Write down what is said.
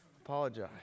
Apologize